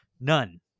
None